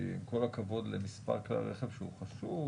כי עם כל הכבוד למספר כלי הרכב שזה חשוב,